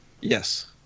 Yes